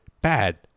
Bad